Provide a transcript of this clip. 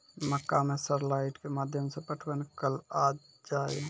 मक्का मैं सर लाइट के माध्यम से पटवन कल आ जाए?